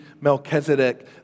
Melchizedek